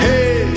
Hey